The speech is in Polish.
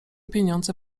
pieniądze